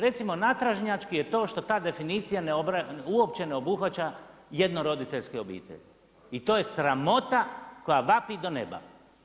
Recimo natražnjački je to što ta definicija uopće ne obuhvaća jednoroditeljske obitelji i to je sramota koja vapi do neba.